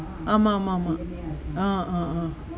ஆமா ஆமா:ama ama uh uh uh